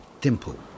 Dimple